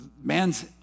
man's